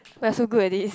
we are so good at this